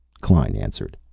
klein answered.